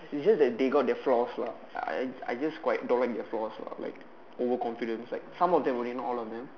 it's just that they got their flaws lah I I just quite don't like their flaws lah like overconfidence like some of them only not all of them